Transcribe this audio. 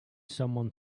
someone